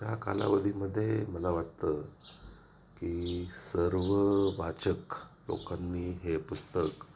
त्या कालावधीमध्ये मला वाटतं की सर्व वाचक लोकांनी हे पुस्तक